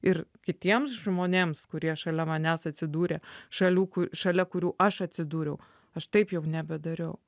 ir kitiems žmonėms kurie šalia manęs atsidūrė šalių kur šalia kurių aš atsidūriau aš taip jau nebedariau